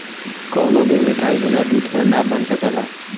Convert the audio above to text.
कवनो भी मिठाई बिना दूध के ना बन सकला